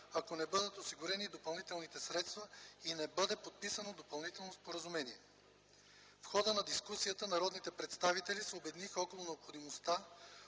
ако не бъдат осигурени допълнителни средства и не бъде подписано допълнително споразумение. В хода на дискусията народните представители се обединиха около необходимостта